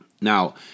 Now